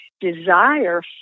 desire